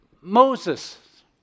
Moses